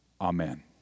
Amen